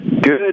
Good